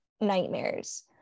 nightmares